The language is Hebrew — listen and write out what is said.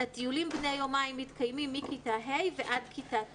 טיולים בני יומיים מתקיימים מכיתה ה' ועד כיתה ט'.